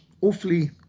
awfully